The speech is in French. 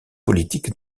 politiques